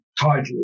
title